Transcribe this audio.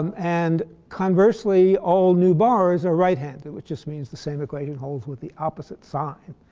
um and conversely, all new bars are right-handed which just means the same equation holds with the opposite sign.